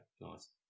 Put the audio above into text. nice